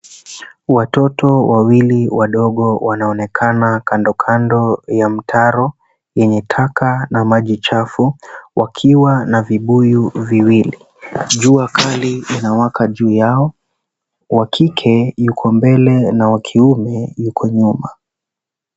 Watoto wawili wadogo wanaoonekana kando kando ya mtaro, yenye taka na maji chafu, wakiwa na vibuyu viwili. Jua kali linawaka juu yao. Wa kike, yuko mbele na wa kiume yuko nyuma.